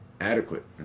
Adequate